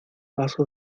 paso